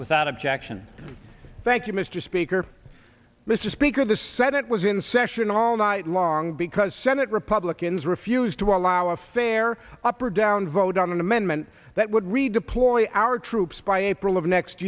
without objection thank you mr speaker mr speaker the set it was in session all night long because senate republicans refused to allow a fair up or down vote on an amendment that would redeploy our troops by april of next